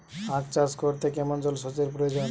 আখ চাষ করতে কেমন জলসেচের প্রয়োজন?